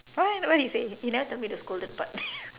what what he say you never tell me the scolded part